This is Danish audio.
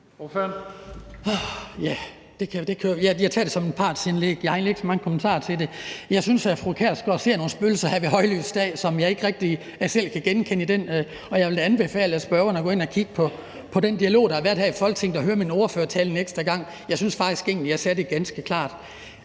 et partsindlæg – jeg har egentlig ikke så mange kommentarer til det. Jeg synes, at fru Pia Kjærsgaard ser spøgelser ved højlys dag, noget, som jeg ikke rigtig selv kan genkende i det. Og jeg vil da anbefale spørgeren at gå ind og kigge på den dialog, der har været her i Folketinget, og høre min ordførertale en ekstra gang. Jeg synes faktisk, at jeg sagde det ganske klart,